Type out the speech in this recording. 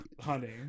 honey